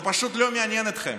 זה פשוט לא מעניין אתכם.